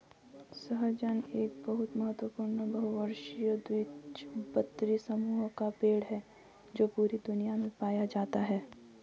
सहजन एक बहुत महत्वपूर्ण बहुवर्षीय द्विबीजपत्री समूह का पेड़ है जो पूरी दुनिया में पाया जाता है